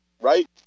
Right